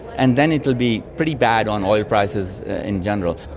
and then it will be pretty bad on oil prices in general.